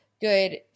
good